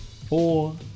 four